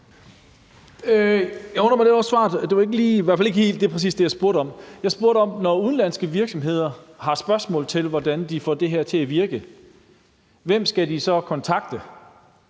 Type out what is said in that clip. Jeg undrer mig lidt over svaret. Det var i hvert fald ikke lige præcis det, jeg spurgte om. Jeg spurgte: Når udenlandske virksomheder har spørgsmål til, hvordan de får det her til at virke, hvem skal de så kontakte